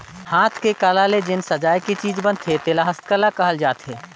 हाथ के कला ले जेन सजाए के चीज बनथे तेला हस्तकला कहल जाथे